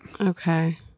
Okay